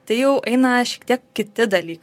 tai jau eina šiek tiek kiti dalykai